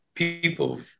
people